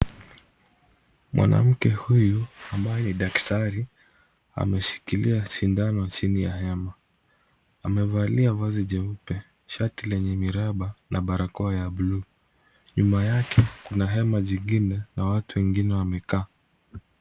Mwanamke huyu ambaye ni daktari ameshikilia sindano chini ya hema. Amevalia vazi jeupe, shati lenye miraba na barakoa ya blue . Nyuma yake kuna hema zingine na watu wengine wamekaa.